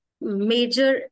major